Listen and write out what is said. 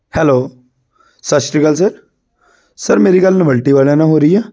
hello ਸਤਿ ਸ਼੍ਰੀ ਅਕਾਲ ਸਰ ਸਰ ਮੇਰੀ ਗੱਲ ਨਵੱਲਟੀ ਵਾਲਿਆਂ ਨਾਲ ਹੋ ਰਹੀ ਆ